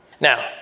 Now